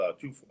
two